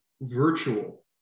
virtual